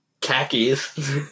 khakis